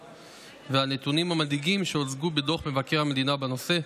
והנתונים המדאיגים שהוצגו בדוח מבקר המדינה בנושא,